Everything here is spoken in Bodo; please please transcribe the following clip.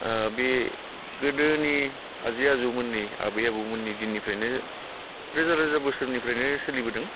ओ बे गोदोनि आजै आजौमोननि आबै आबौमोननि दिननिफ्रायनो रोजा रोजा बोसोरनिफ्रायनो सोलिबोदों